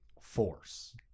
force